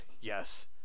yes